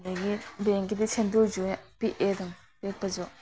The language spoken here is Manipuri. ꯑꯗꯒꯤ ꯕꯦꯡꯀꯤꯗꯤ ꯁꯦꯟꯗꯣꯏꯁꯨ ꯄꯤꯛꯑꯦ ꯑꯗꯨꯝ ꯄꯤꯛꯄꯁꯨ